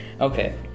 Okay